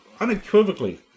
unequivocally